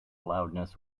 loudness